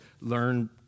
learn